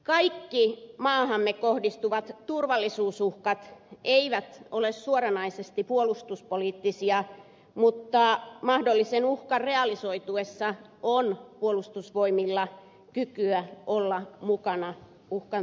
kaikki maahamme kohdistuvat turvallisuusuhkat eivät ole suoranaisesti puolustuspoliittisia mutta mahdollisen uhkan realisoituessa puolustusvoimilla on kykyä olla mukana uhkan torjunnassa